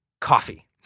coffee